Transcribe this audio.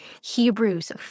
Hebrews